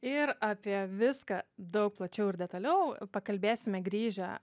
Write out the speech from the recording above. ir apie viską daug plačiau ir detaliau pakalbėsime grįžę